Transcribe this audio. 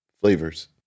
flavors